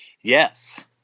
Yes